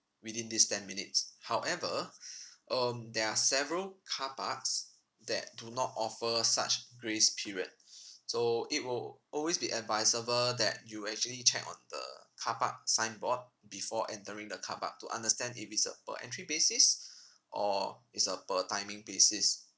within these ten minutes however um there are several car parks that do not offer such grace period so it will always be advisable that you actually check on the car park signboard before entering the car park to understand if it's a per entry basis or it's a per timing basis